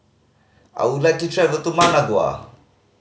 I would like to travel to Managua